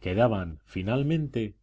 quedaban finalmente